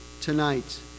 tonight